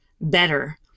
better